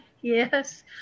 Yes